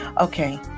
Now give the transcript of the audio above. okay